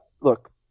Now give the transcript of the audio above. look